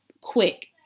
quick